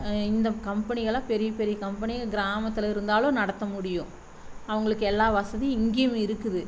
இந்த கம்பெனிகள்லாம் பெரிய பெரிய கம்பெனி கிராமத்தில் இருந்தாலும் நடத்த முடியும் அவங்களுக்கு எல்லா வசதியும் இங்கேயும் இருக்குது